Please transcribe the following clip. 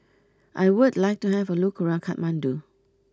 I would like to have a look around Kathmandu